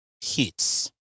hits